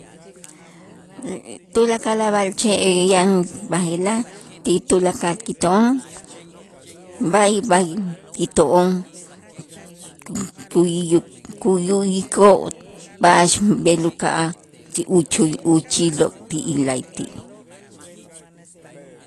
Tulakal a' b'a'alche' yan b'aje'laj ti tulakal kito'on b'ay b'ay kito'on kuyiyu kuyu'yikoo' b'a'ax b'el uka'aj tzi uchuy uchiloo' ti'ij la'ayti'.